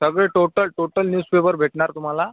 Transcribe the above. सगळं total total newspaper भेटणार तुम्हाला